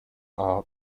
are